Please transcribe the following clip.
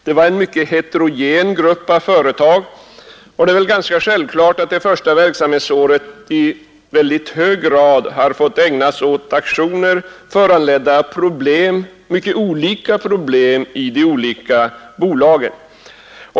Det var en mycket heterogen grupp av företag, och det är väl ganska självklart att det första verksamhetsåret i hög grad har fått ägnas åt aktioner, föranledda av olika problem i de olika bolagen.